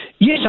Yes